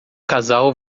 casal